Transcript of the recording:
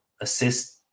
assist